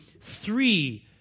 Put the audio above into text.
three